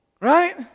Right